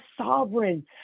sovereign